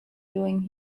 doing